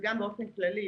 וגם באופן כללי,